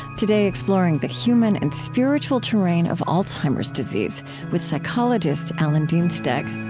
today exploring the human and spiritual terrain of alzheimer's disease with psychologist alan dienstag